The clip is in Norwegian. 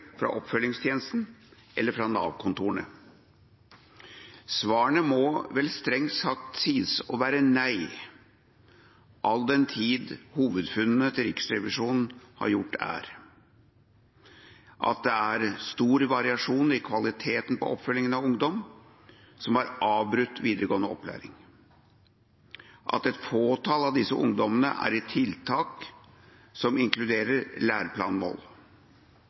fra oppfølgingstjenesten eller fra Nav-kontorene? Svarene må vel strengt tatt sies å være nei, all den tid hovedfunnene Riksrevisjonen har gjort, er: Det er stor variasjon i kvaliteten på oppfølgingen av ungdom som har avbrutt videregående opplæring. Et fåtall av disse ungdommene er i tiltak som inkluderer læreplanmål.